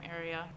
area